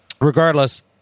Regardless